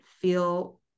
feel